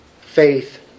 Faith